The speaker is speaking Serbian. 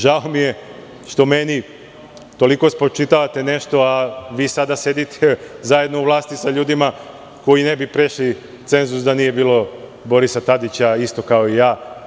Žao mi je što mi toliko spočitavate nešto, a sada sedite zajedno u vlasti sa ljudima koji ne bi prešli cenzus da nije bilo Borisa Tadića, isto kao i ja.